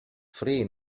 free